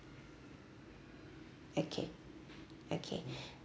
okay okay